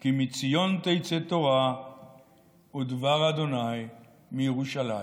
כי מציון תצא תורה / ודבר אדוניי מירושלים."